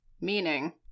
Meaning